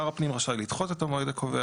שר הפנים רשאי לדחות את המועד הקובע